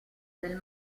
del